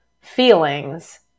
feelings